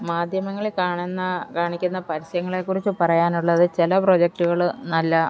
മാധ്യമങ്ങളില് കാണുന്ന കാണിക്കുന്ന പരസ്യങ്ങളെക്കുറിച്ച് പറയാനുള്ളത് ചില പ്രോജക്റ്റുകള് നല്ല